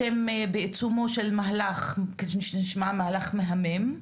אתם בעיצומו של מהלך שנשמע מהלך מהמם.